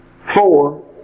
Four